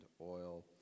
oil